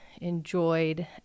enjoyed